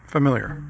Familiar